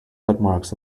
footmarks